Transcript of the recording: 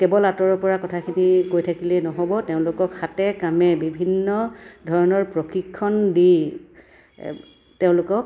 কেৱল আঁতৰৰ পৰা কথাখিনি কৈ থাকিলেই নহ'ব তেওঁলোকক হাতে কামে বিভিন্ন ধৰণৰ প্ৰশিক্ষণ দি তেওঁলোকক